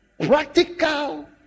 practical